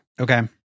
Okay